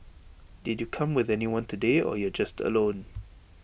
did you come with anyone today or you're just alone